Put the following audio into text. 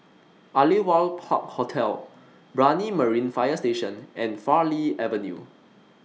Aliwal Park Hotel Brani Marine Fire Station and Farleigh Avenue